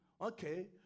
Okay